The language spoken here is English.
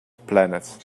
planet